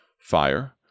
fire